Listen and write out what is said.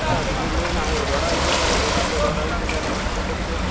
ना तुगे मेन रोडार बी जालें न्हू तांबो रोडार बी जाले कितें